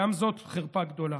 גם זאת חרפה גדולה.